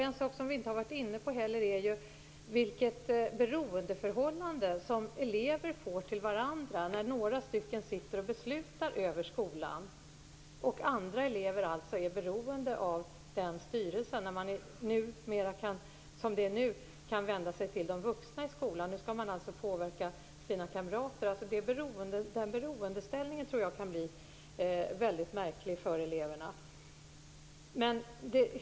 En sak som vi inte heller har varit inne på är vilket beroendeförhållande som elever får till varandra när några beslutar över skolan och då andra elever är beroende av den styrelsen. Som det nu är kan eleverna vända sig till de vuxna i skolan. Men nu skall de alltså kunna påverka sina kamrater. Den beroendeställningen tror jag kan bli mycket märklig för eleverna.